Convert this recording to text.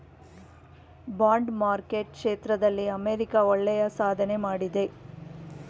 bond market ಕ್ಷೇತ್ರದಲ್ಲಿ America ಒಳ್ಳೆಯ ಸಾಧನೆ ಮಾಡಿದೆ